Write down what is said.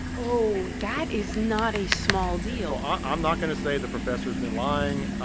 oh, that is not a small deal i'm not going to say the professor's been lying,